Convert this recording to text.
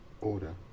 order